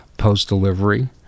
post-delivery